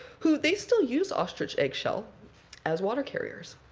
who they still use ostrich egg shell as water carriers.